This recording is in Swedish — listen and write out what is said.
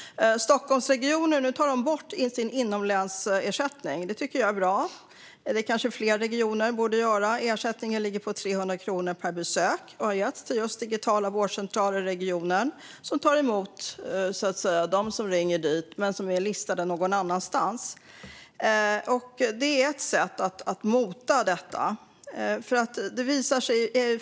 Stockholmsregionen tar nu bort sin inomlänsersättning. Det tycker jag är bra. Det kanske fler regioner borde göra. Ersättningen ligger på 300 kronor per besök och har getts till digitala vårdcentraler i regionen som tar emot dem som ringer dit men som är listade någon annanstans. Det är ett sätt att mota detta.